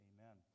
Amen